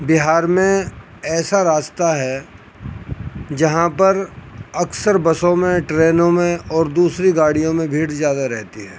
بہار میں ایسا راستہ ہے جہاں پر اکثر بسوں میں ٹرینوں میں اور دوسری گاڑیوں میں بھیڑ زیادہ رہتی ہے